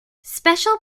special